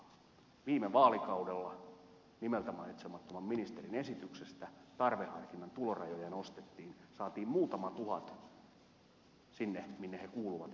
viime vaalikaudella nimeltä mainitsemattoman ministerin esityksestä tarveharkinnan tulorajoja nostettiin ja saatiin muutama tuhat sinne minne he kuuluvat eli työmarkkinatuen piiriin